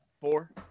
four